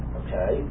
okay